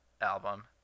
album